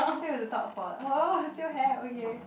still have to talk for oh still have okay